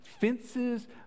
fences